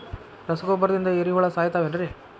ರಸಗೊಬ್ಬರದಿಂದ ಏರಿಹುಳ ಸಾಯತಾವ್ ಏನ್ರಿ?